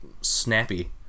snappy